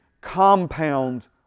compound